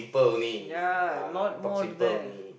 ya a lot more than that